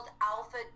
alpha